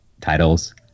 titles